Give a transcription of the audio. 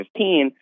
2015